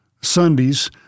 Sundays